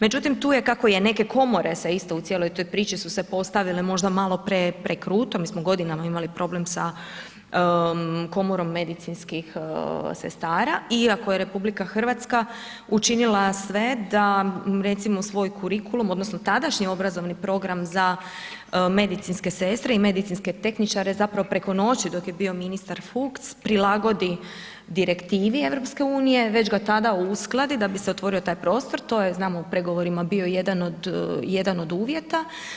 Međutim, tu je kako je neke komore se isto u cijeloj toj priči su se postavile možda malo prekruto, mi smo godinama imali problem sa Komorom medicinskih sestara iako je RH učinila sve da recimo svoj kurikulum odnosno tadašnji obrazovni program za medicinske sestre i medicinske tehničare, zapravo preko noći dok je bio ministar Fuchs prilagodi Direktivi EU, već ga tada uskladi da bi se otvorio taj prostor, to je znamo u pregovorima bio jedan od, jedan od uvjeta.